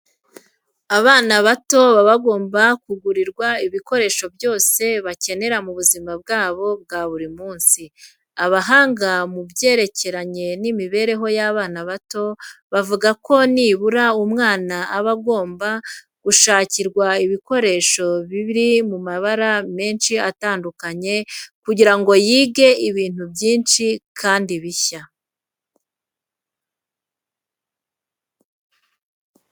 Abana bato baba bagomba kugurirwa ibikoresho byose bakenera mu buzima bwabo bwa buri munsi. Abahanga mu byerekeranye n'imibereho y'abana bato, bavuga ko nibura umwana aba agomba gushakirwa ibikoresho biri mu mabara menshi atandukanye kugira ngo yige ibintu byinshi kandi bishya.